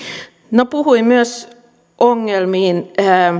no puhuin myös